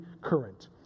current